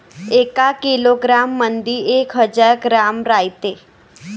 एका किलोग्रॅम मंधी एक हजार ग्रॅम रायते